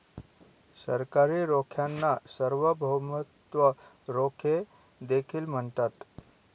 सरकारी रोख्यांना सार्वभौमत्व रोखे देखील म्हणतात